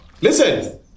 Listen